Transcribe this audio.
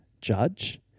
judge